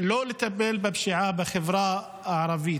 לא לטפל בפשיעה בחברה הערבית.